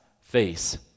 face